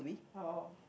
or